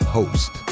host